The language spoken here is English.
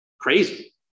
crazy